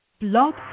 Blog